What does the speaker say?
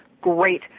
great